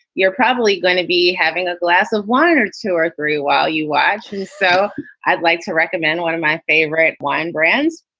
you're probably going to be having a glass of wine or two or three while you watch. so i'd like to recommend one of my favorite wine brands.